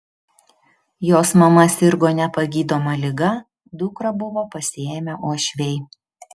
jos mama sirgo nepagydoma liga dukrą buvo pasiėmę uošviai